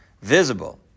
visible